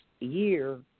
year